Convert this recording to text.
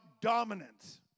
dominance